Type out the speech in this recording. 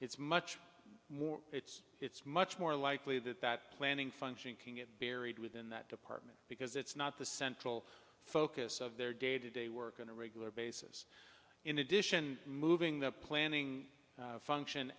it's much more it's it's much more likely that that planning function can get buried within that department because it's not the central focus of their day to day work on a regular basis in addition moving the planning function